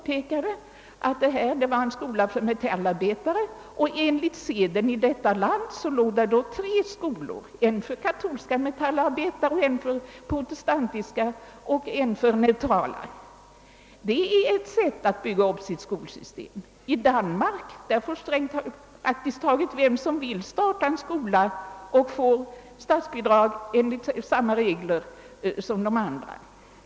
Vid ett besök i en skola för metallarbetare förklarade rektor att enligt seden i detta land fanns där tre skolor, en för katolska metallarbetare, en för protestantiska och en för neutrala. I Danmark får praktiskt taget vem som helst starta en skola och söka statsbidrag enligt samma regler som andra skolor.